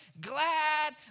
glad